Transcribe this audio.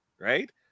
right